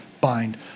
bind